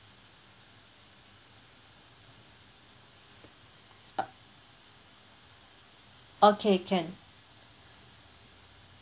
uh okay can